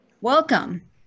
Welcome